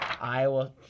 Iowa